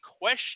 question